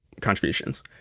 contributions